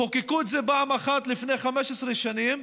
חוקקו את זה פעם אחת לפני 15 שנים,